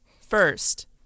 first